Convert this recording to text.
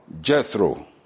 Jethro